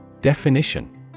Definition